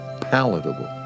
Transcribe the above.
palatable